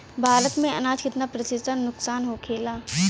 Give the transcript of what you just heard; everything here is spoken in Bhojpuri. भारत में अनाज कितना प्रतिशत नुकसान होखेला?